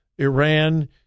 Iran